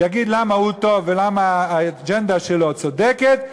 יגיד למה הוא טוב ולמה האג'נדה שלו צודקת,